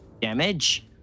damage